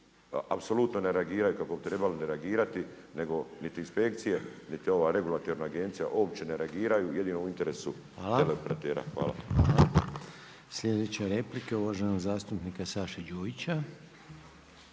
apsolutno ne reagiraju kako bi trebali reagirati niti inspekcije niti ova regulatorna agencija uopće ne reagiraju jel je u interesu teleoperatera. Hvala. **Reiner, Željko (HDZ)** Hvala. Sljedeća replika je uvaženog zastupnika Saše Đujića.